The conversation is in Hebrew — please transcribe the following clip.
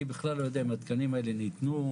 אני בכלל לא יודע אם התקנים האלה ניתנו.